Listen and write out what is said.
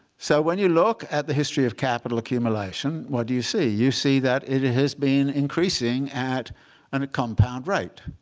so when you look at the history of capital accumulation, what do you see? you see that it has been increasing at and a compound rate.